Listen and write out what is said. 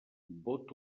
vot